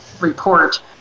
report